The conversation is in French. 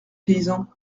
paysan